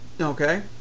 Okay